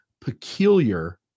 peculiar